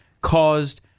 caused